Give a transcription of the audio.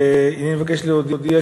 הנני מבקש להודיע,